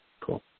Cool